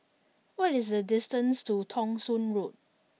what is the distance to Thong Soon Road